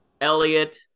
elliot